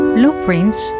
Blueprints